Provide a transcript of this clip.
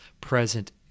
present